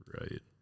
Right